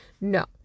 No